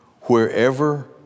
wherever